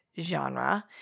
genre